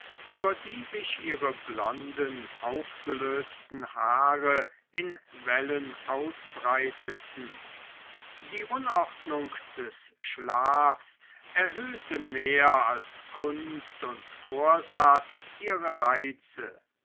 über die sich ihre blonden aufgelösten haare in wellen ausbreiteten die unordnung des schlafs erhöhte mehr als kunst und vorsatz ihre reize